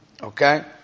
okay